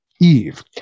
Eve